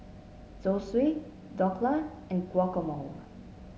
Zosui Dhokla and Guacamole